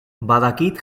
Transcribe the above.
badakit